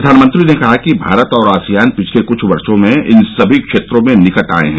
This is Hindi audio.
प्रधानमंत्री ने कहा कि भारत और आसियान पिछले कुछ वर्षो में इन समी क्षेत्रों में निकट आए हैं